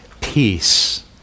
peace